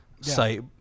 site